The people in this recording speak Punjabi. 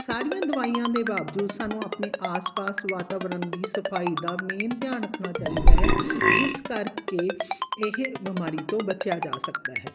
ਸਾਰੀਆਂ ਦਵਾਈਆਂ ਦੇ ਬਾਵਜੂਦ ਸਾਨੂੰ ਆਪਣੇ ਆਸ ਪਾਸ ਵਾਤਾਵਰਨ ਦੀ ਸਫਾਈ ਦਾ ਮੇਨ ਧਿਆਨ ਰੱਖਣਾ ਚਾਹੀਦਾ ਹੈ ਜਿਸ ਕਰਕੇ ਇਹ ਬਿਮਾਰੀ ਤੋਂ ਬਚਿਆ ਜਾ ਸਕਦਾ ਹੈ